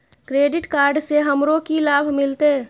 Credit card से हमरो की लाभ मिलते?